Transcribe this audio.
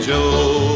Joe